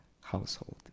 household